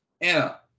Anna